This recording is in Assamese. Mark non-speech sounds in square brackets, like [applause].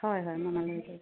হয় হয় [unintelligible]